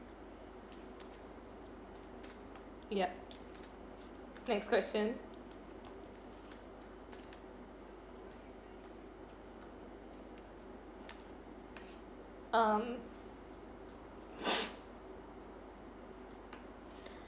yup next question um